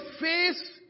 face